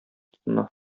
тотына